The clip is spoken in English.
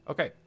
Okay